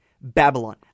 Babylon